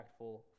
impactful